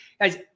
Guys